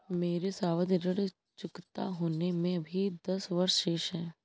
मेरे सावधि ऋण चुकता होने में अभी दस वर्ष शेष है